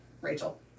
Rachel